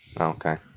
okay